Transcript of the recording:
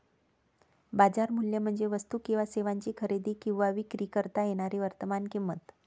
बाजार मूल्य म्हणजे वस्तू किंवा सेवांची खरेदी किंवा विक्री करता येणारी वर्तमान किंमत